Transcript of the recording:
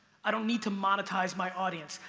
i don't need to monetize my audience.